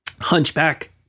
Hunchback